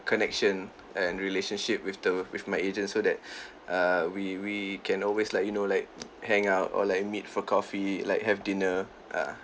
connection and relationship with the with my agent so that err we we can always like you know like hang out or like meet for coffee like have dinner ah